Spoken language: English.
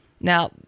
Now